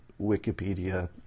Wikipedia